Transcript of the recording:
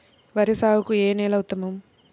వరి సాగుకు ఏ నేల ఉత్తమం?